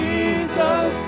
Jesus